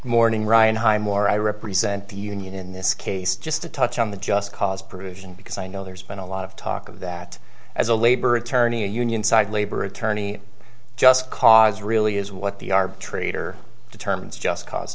morning ryan highmore i represent the union in this case just to touch on the just cause provision because i know there's been a lot of talk of that as a labor attorney a union side labor attorney just cause really is what the arbitrator determines just cause